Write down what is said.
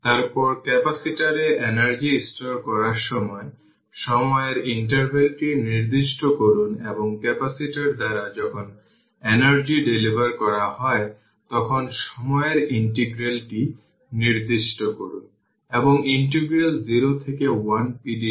এর পরে হল ক্যাপাসিটর এবং t এ স্টোরড এনার্জি কতটা ইনফিনিটি এর দিকে ঝোঁক তা নির্ধারণ করা এবং যাতে স্টোরড এনার্জি সেই 250 কিলো রেজিস্টর এ ডেলিভার করা হয় b এবং c এ প্রাপ্ত রেজাল্ট এর মধ্যে পার্থক্য